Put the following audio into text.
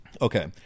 Okay